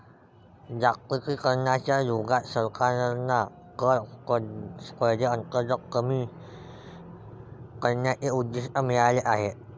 जागतिकीकरणाच्या युगात सरकारांना कर स्पर्धेअंतर्गत कर कमी करण्याचे उद्दिष्ट मिळाले आहे